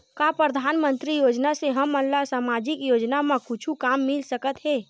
का परधानमंतरी योजना से हमन ला सामजिक योजना मा कुछु काम मिल सकत हे?